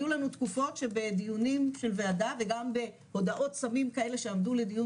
היו לנו תקופות שבדיונים של וועדה וגם בהודעות סמים כאלה שעמדו לדיון